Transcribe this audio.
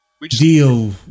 Deal